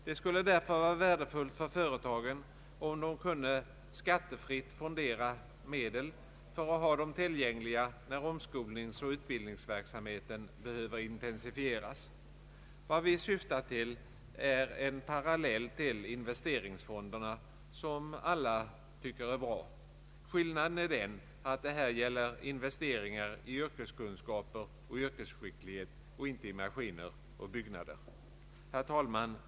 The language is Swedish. Det skulle därför vara värdefullt för företagen om de kunde skattefritt fondera medel för att ha dem tillgängliga när omskolningsoch utbildningsverksamheten behöver intensifieras. Vad vi syftar till är en parallell till investeringsfonderna, som alla tycker är bra. Skillnaden är att det här gäller investeringar i yrkeskunskaper och yrkesskicklighet och inte i maskiner och byggnader. Herr talman!